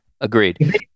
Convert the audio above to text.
agreed